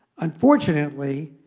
unfortunately,